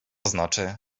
znaczy